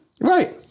Right